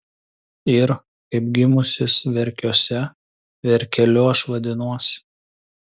ir kaip gimusis verkiuose verkeliu aš vadinuosi